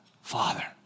Father